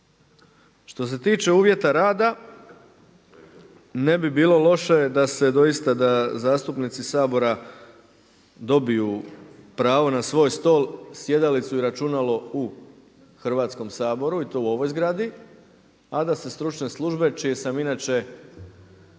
Što se tiče uvjeta rada, ne bi bilo loše da se doista, da zastupnici Sabora dobiju pravo na svoj stol, sjedalicu i računalo u Hrvatskom saboru i to u ovoj zgradi, a da se stručne službe čije sam inače